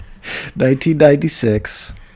1996